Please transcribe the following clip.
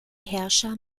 herrscher